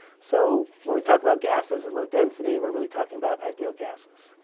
so when we talk about gases at low density we're really talking about ideal gases.